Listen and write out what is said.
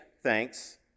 thanks